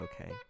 okay